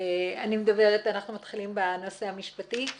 אנחנו מתחילים בנושא המשפטי.